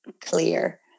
clear